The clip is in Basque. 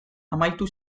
amaitu